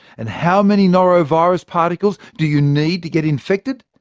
and how many norovirus particles do you need to get infected?